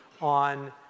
on